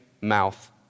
mouth